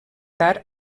tard